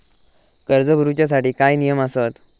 कर्ज भरूच्या साठी काय नियम आसत?